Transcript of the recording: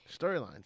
storylines